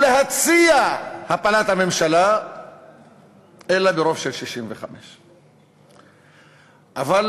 להציע הפלת הממשלה אלא ברוב של 65. אבל